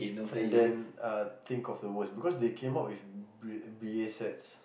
and then uh think of the worst because they came up with B B_A sets